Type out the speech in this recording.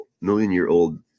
million-year-old